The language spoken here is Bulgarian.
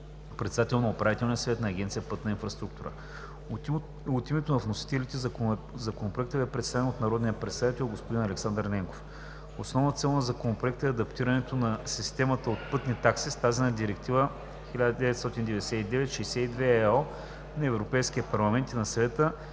председател на Управителния съвет на Агенция „Пътна инфраструктура”. От името на вносителите Законопроектът бе представен от народния представител Александър Ненков. Основната цел на Законопроекта е адаптирането на системата от пътни такси с тази на Директива 1999/62/ЕО на Европейския парламент и на Съвета,